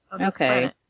Okay